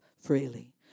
freely